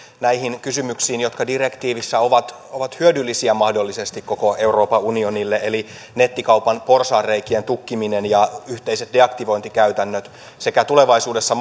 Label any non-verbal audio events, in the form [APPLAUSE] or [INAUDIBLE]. näihin kysymyksiin jotka direktiivissä ovat ovat hyödyllisiä mahdollisesti koko euroopan unionille eli nettikaupan porsaanreikien tukkiminen ja yhteiset deaktivointikäytännöt sekä tulevaisuudessa [UNINTELLIGIBLE]